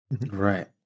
Right